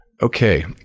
Okay